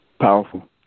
powerful